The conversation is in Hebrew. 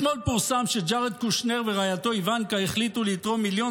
אתמול פורסם שג'ארד קושנר ורעייתו איוונקה החליטו לתרום מיליון